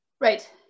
Right